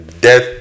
death